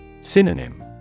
Synonym